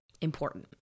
Important